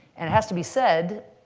and it has to be said,